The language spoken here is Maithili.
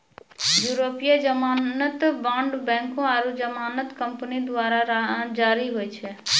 यूरोपीय जमानत बांड बैंको आरु जमानत कंपनी द्वारा जारी होय छै